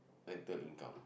rental income